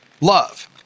love